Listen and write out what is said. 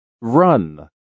Run